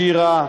שירה,